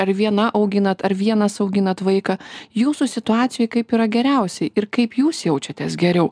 ar viena auginat ar vienas auginat vaiką jūsų situacijoj kaip yra geriausiai ir kaip jūs jaučiatės geriau